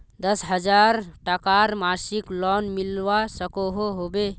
दस हजार टकार मासिक लोन मिलवा सकोहो होबे?